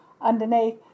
underneath